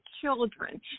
children